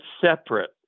separate